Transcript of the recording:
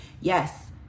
Yes